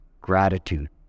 gratitude